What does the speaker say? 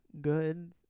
Good